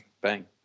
bang